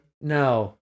No